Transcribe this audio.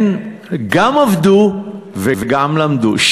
הם גם עבדו וגם למדו.